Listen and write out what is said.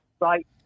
right